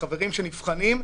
לחברים שנבחנים,